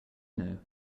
know